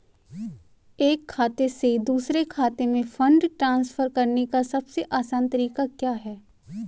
एक खाते से दूसरे खाते में फंड ट्रांसफर करने का सबसे आसान तरीका क्या है?